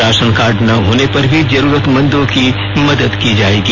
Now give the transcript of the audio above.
ration card न होने पर भी जरूरतमंदों की मदद की जाएगी